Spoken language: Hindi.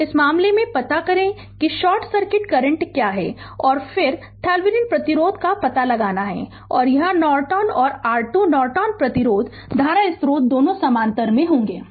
तो इस मामले में पता करें कि शॉर्ट सर्किट करंट क्या है और फिर थेवेनिन प्रतिरोध का पता लगाना है और यह नॉर्टन और R2 नॉर्टन प्रतिरोध संदर्भ समय 3011 धारा स्रोत दोनों समानांतर में होंगे